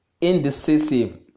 indecisive